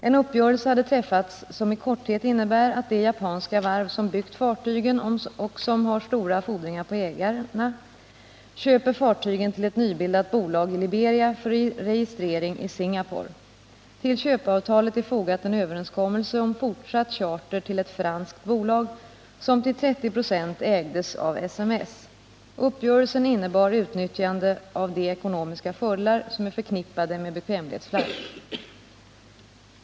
En uppgörelse hade träffats som i korthet innebär att det japanska varv som byggt fartygen och som har stora fordringar på ägarna köper fartygen till ett nybildat bolag i Liberia för registrering i Singapore. Till köpeavtalet är fogad en överenskommelse om fortsatt charter till ett franskt bolag, som till 30 96 ägdes av SMS. Uppgörelsen innebar utnyttjande av de ekonomiska fördelar som är förknippade med bekvämlighetsflagg.